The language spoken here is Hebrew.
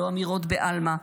אלו לא אמירות בעלמא.